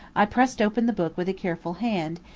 i pressed open the book with a careful hand,